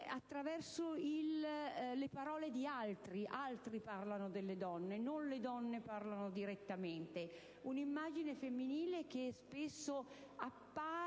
attraverso le parole di altri: altri parlano delle donne, non sono loro a parlare direttamente. È un'immagine femminile che spesso appare